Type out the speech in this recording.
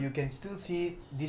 ya